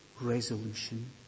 resolution